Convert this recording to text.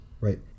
right